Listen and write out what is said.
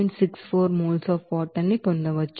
64 mole of water ని పొందవచ్చు